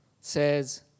says